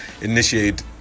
initiate